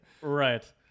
Right